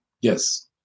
yes